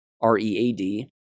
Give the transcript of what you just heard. R-E-A-D